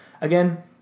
again